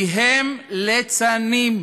כי הם ליצנים.